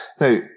Now